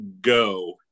go